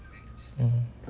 mm